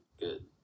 good